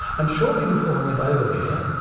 and shortly before i went over there,